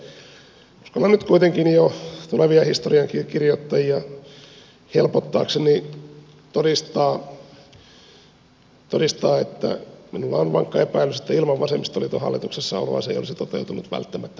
uskallan nyt kuitenkin jo tulevia historiankirjoittajia helpottaakseni todistaa että minulla on vankka epäilys että ilman vasemmistoliiton hallituksessa oloa se ei olisi toteutunut välttämättä vieläkään